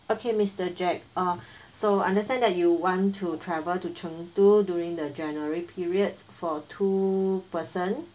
okay mister jack uh so understand that you want to travel to chengdu during the january period for two person